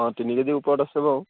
অঁ তিনি কেজিৰ ওপৰত আছে বাৰু